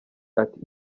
ati